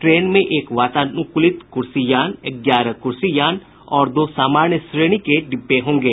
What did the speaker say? train में एक वातानुकूलित कुर्सीयान ग्यारह कुर्सीयान और दो सामान्य श्रेणी के डिब्बे होंगे